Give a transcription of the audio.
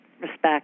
respect